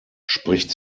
spricht